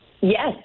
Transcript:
Yes